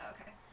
Okay